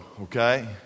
okay